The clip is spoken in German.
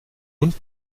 unten